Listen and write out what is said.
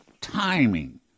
timing